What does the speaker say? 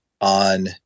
on